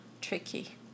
tricky